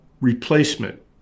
replacement